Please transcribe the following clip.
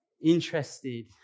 interested